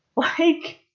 like